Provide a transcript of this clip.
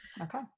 Okay